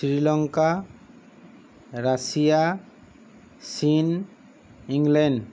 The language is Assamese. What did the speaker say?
শ্ৰীলংকা ৰাছিয়া চীন ইংলেণ্ড